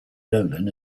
nolan